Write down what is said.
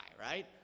Right